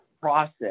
process